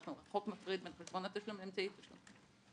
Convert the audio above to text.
החוק מפריד בין חשבון התשלום לאמצעי תשלום.